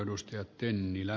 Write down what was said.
arvoisa puhemies